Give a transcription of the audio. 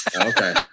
Okay